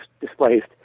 displaced